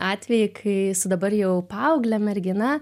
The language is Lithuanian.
atvejį kai dabar jau paauglė mergina